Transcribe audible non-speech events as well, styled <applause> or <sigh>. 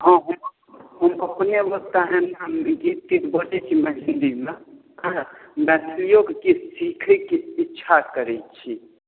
हाँ हम अपने <unintelligible> किछु बजैत छी मैथिलिमे मैथलियोके किछु सिखैके इच्छा करैत छी